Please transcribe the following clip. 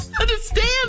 Understand